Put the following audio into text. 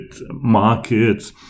markets